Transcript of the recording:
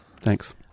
Thanks